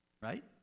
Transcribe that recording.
right